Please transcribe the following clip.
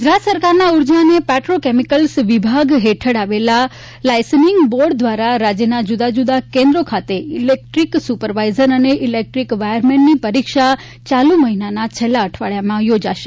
ગુજરાત સરકારના ઉર્જા અને પેટ્રોકેમીકલ્સ વિભાગ હેઠળ આવેલ લાયસન્સીંગ બોર્ડ દ્વારા રાજ્યના જુદા જુદા કેન્દ્રો ખાતે ઇલેક્ટ્રિકલ સુપરવાઇઝર અને ઇલેક્ટ્રિકલ વાયરમેનની પરીક્ષા ચાલુ મહિનાના છેલ્લા અઠવાડિયામાં યોજાશે